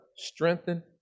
strengthen